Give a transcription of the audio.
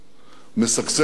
משגשגת יותר,